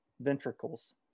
ventricles